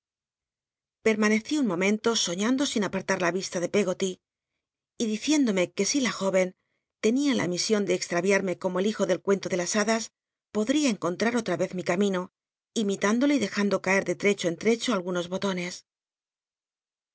pel'lllaneci un momento soiíando sin apartat la viola de peggoly y diciéndome que i la jó eu tenia la mision de cx tlaviarmc como el hijo del cuento de las hadas podría cncontlm otl'a cz mi ca mino imitünclole y dejando caer de tl'echo en tlccho algunos botones